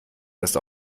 dass